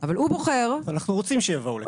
אבל הוא בוחר --- אנחנו רוצים שיבואו לכאן.